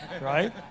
right